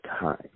time